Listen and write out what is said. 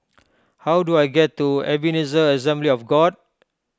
how do I get to Ebenezer Assembly of God